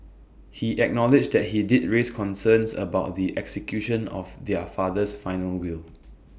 he acknowledged that he did raise concerns about the execution of their father's final will